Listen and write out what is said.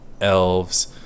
elves